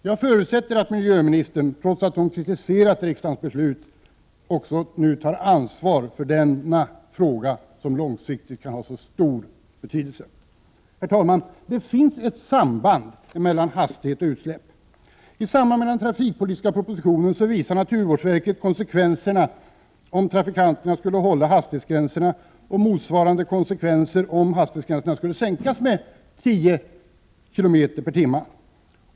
Jag förutsätter att miljöministern, trots att hon kritiserat riksdagens beslut, tar ansvar för denna långsiktigt så betydelsefulla fråga. Herr talman! Det finns ett samband mellan hastighet och utsläpp. I samband med den trafikpolitiska propositionen redovisade naturvårdsverket konsekvenserna om trafikanterna skulle hålla hastighetsgränserna och motsvarande konsekvenser om hastighetsgränserna skulle sänkas med 10 km per timme.